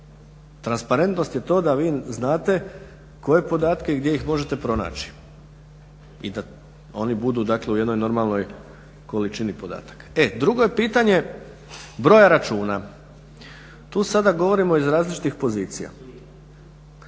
Transparentnost je to da vi znate koje podatke i gdje ih možete pronaći i da oni budu dakle u jednoj normalnoj količini podataka. E, drugo je pitanje broja računa. Tu sada govorimo iz različitih pozicija.